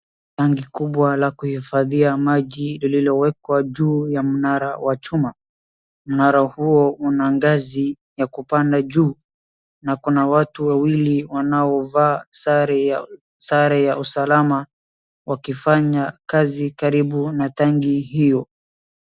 Tangi kubwa la kuhifadhia maji liliowekwa kwa mnara wa chuma , mnara huo una ngazi ya kupanda juu na kuna watu wawili wanaovaa sare ya usalama wakifanya kazi karibu na tangi hiyo.